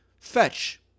Fetch